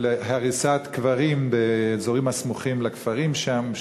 של הריסת קברים באזורים הסמוכים לכפרים שם,